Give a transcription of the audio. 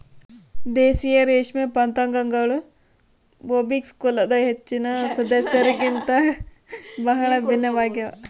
ದೇಶೀಯ ರೇಷ್ಮೆ ಪತಂಗಗಳು ಬೊಂಬಿಕ್ಸ್ ಕುಲದ ಹೆಚ್ಚಿನ ಸದಸ್ಯರಿಗಿಂತ ಬಹಳ ಭಿನ್ನವಾಗ್ಯವ